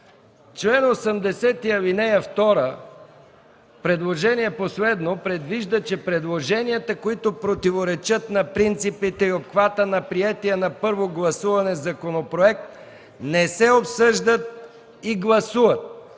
Атанасова, чл. 80, ал. 2, предвижда, че предложенията, които противоречат на принципите и обхвата на приетия на първо гласуване законопроект, не се обсъждат и гласуват.